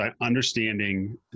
understanding